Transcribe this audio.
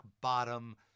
bottom